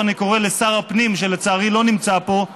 לבסוף, אני קורא לשר הפנים, שלצערי, לא נמצא פה,